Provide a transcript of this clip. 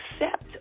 accept